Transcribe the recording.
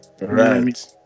right